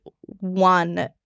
one